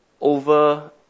over